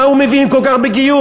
מה הוא מבין כל כך בגיור?